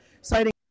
citing